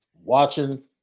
watching